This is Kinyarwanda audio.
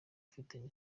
ufitanye